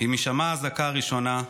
עם הישמע האזעקה הראשונה,